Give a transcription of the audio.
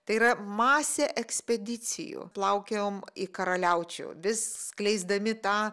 tai yra masė ekspedicijų plaukiojom į karaliaučių vis skleisdami tą